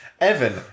Evan